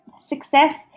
success